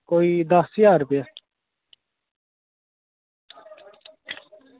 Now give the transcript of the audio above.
कोई दस्स ज्हार रपेआ